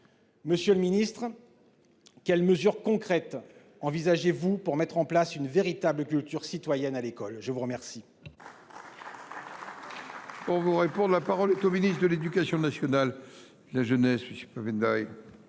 Monsieur le ministre, quelles mesures concrètes envisagez-vous pour mettre en place une véritable culture citoyenne à l'école ? La parole